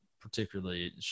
particularly –